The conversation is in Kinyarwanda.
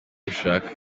gushaka